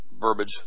verbiage